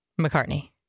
McCartney